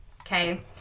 Okay